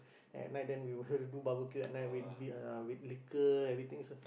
at night then we will do barbecue at night we'll be uh with liquor everything also